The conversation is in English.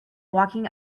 walking